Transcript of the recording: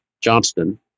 Johnston